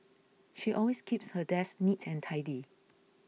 she always keeps her desk neat and tidy